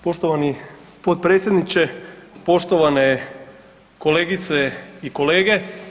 Poštovani potpredsjedniče, poštovane kolegice i kolege.